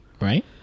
right